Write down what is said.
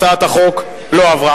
הצעת החוק לא עברה.